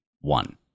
one